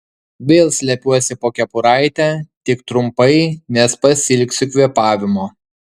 vėl slepiuosi po kepuraite tik trumpai nes pasiilgsiu kvėpavimo